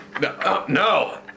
no